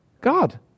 God